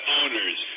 owners